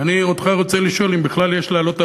ואני אותך רוצה לשאול אם בכלל יש להעלות על